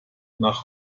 nach